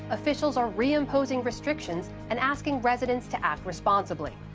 officials are reimposing restrictions and asking residents to act responsibly.